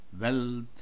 wealth